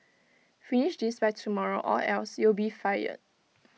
finish this by tomorrow or else you'll be fired